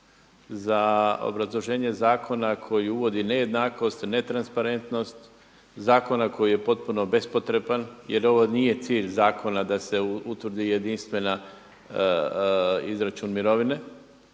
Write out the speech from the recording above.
za obrazloženje zakona koji uvodi nejednakost, netransparentnost zakona koji je potpuno bespotreban jer ovo nije cilj zakona da se utvrdi jedinstveni izračun mirovine